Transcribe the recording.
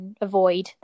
avoid